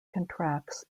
contracts